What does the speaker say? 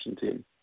team